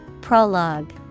Prologue